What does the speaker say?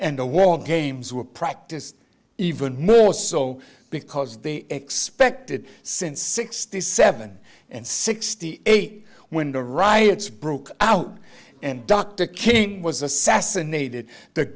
and the war games were practiced even more so because they expected since sixty seven and sixty eight when the riots broke out and dr king was assassinated the